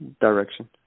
direction